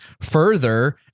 further